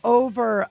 over